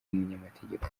umunyamategeko